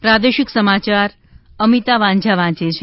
પ્રાદેશિક સમાચાર અમિતા વાંઝા વાંચે છે